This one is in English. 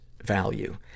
value